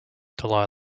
dahlia